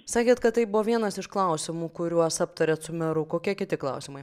sakėt kad tai buvo vienas iš klausimų kuriuos aptarėt su meru kokie kiti klausimai